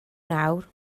nawr